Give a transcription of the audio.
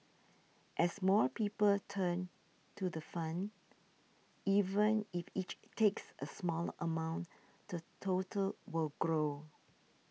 as more people turn to the fund even if each takes a smaller amount the total will grow